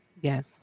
Yes